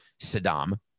Saddam